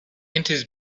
enters